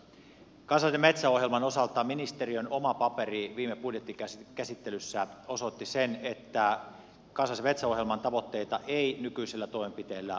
kansallisen metsäohjelman osalta ministeriön oma paperi viime budjettikäsittelyssä osoitti sen että kansallisen metsäohjelman tavoitteita ei nykyisillä toimenpiteillä saavuteta